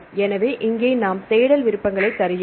எனவே இங்கே நாம் தேடல் விருப்பங்களை தருகிறோம்